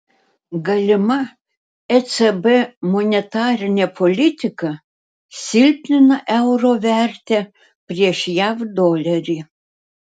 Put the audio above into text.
galima ecb monetarinė politika silpnina euro vertę prieš jav dolerį